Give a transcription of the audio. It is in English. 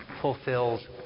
fulfills